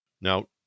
Now